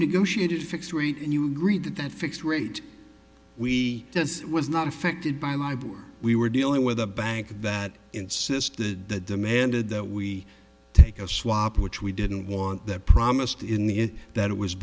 negotiate a fixed rate and you agreed to that fixed rate we just was not affected by live we were dealing with a bank that insisted that demanded that we take a swap which we didn't want that promised in the end that it was